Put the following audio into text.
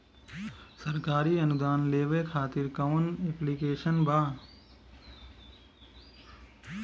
सरकारी अनुदान लेबे खातिर कवन ऐप्लिकेशन बा?